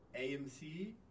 AMC